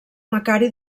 macari